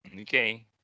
Okay